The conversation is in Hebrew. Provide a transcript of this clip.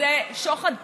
שזה שוחד פוליטי.